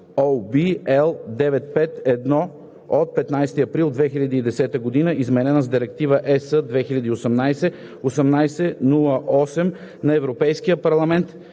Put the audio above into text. L 95/1 от 15 април 2010 г.), изменена с Директива (ЕС) 2018/1808 на Европейския парламент